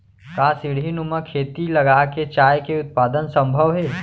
का सीढ़ीनुमा खेती लगा के चाय के उत्पादन सम्भव हे?